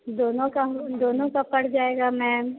दोनों का हो दोनों का पड़ जाएगा मैम